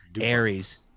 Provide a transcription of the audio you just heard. Aries